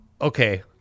Okay